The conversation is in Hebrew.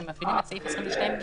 של הפעלת סעיף 22ג,